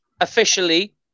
officially